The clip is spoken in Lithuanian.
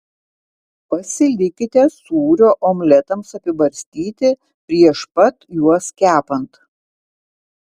pasilikite sūrio omletams apibarstyti prieš pat juos kepant